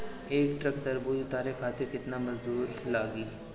एक ट्रक तरबूजा उतारे खातीर कितना मजदुर लागी?